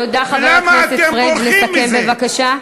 תודה, חבר הכנסת פריג', לסכם בבקשה.